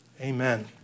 Amen